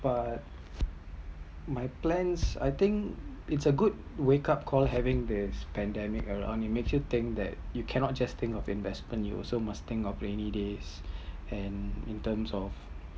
but my plans I think it’s a good wake up called having this pandemic around it make you think that you cannot just think of investment you also must think of rainy day and in term of